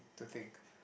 to think